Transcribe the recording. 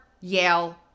Yale